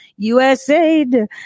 USAID